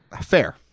fair